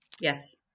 Yes